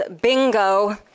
bingo